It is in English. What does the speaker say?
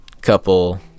couple